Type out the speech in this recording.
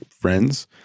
friends